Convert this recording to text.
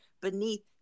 beneath